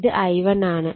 ഇത് I1 ആണ്